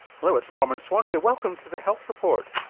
hello it's norman swan here, welcome to the health report.